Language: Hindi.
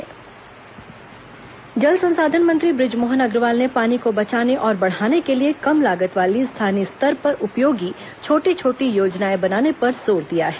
जल चिंतन सम्मेलन जल संसाधन मंत्री ब्रजमोहन अग्रवाल ने पानी को बचाने और बढ़ाने के लिए कम लागत वाली स्थानीय स्तर पर उपयोगी छोटी छोटी योजनाएं बनाने पर जोर दिया है